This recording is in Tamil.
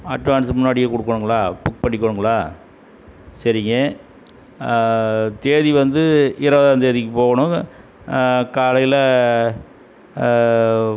அட்வான்ஸு முன்னாடியே கொடுக்கணுங்களா புக் பண்ணிக்கணுங்களா சரிங்க தேதி வந்து இருபதாம் தேதிக்கு போகணும் காலையில்